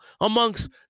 amongst